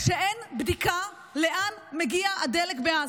שאין בדיקה לאן מגיע הדלק בעזה,